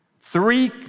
Three